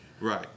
Right